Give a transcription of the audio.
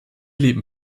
leben